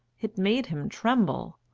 it made him tremble.